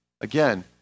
Again